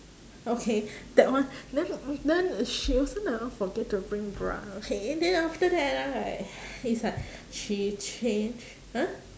okay that one then then she also never forget to bring bra okay then after that right it's like she change !huh!